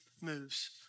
moves